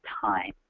Time